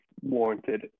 warranted